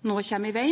være